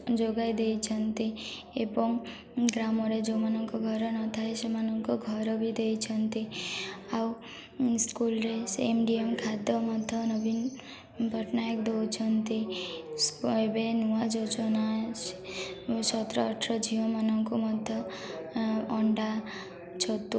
ଯୋଗାଇ ଦେଇଛନ୍ତି ଏବଂ ଗ୍ରାମରେ ଯେଉଁ ମାନଙ୍କ ଘର ନ ଥାଏ ସେମାନଙ୍କ ଘର ବି ଦେଇଛନ୍ତି ଆଉ ସ୍କୁଲ୍ରେ ସେ ଏମ୍ ଡି ଏମ୍ ଖାଦ୍ୟ ମଧ୍ୟ ନବୀନ ପଟ୍ଟନାୟକ ଦଉଛନ୍ତି ଏବେ ନୂଆ ଯୋଜନା ସତର ଅଠର ଝିଅମାନଙ୍କୁ ମଧ୍ୟ ଅଣ୍ଡା ଛତୁ